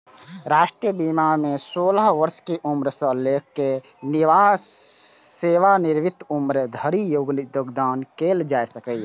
राष्ट्रीय बीमा मे सोलह वर्ष के उम्र सं लए कए सेवानिवृत्तिक उम्र धरि योगदान कैल जा सकैए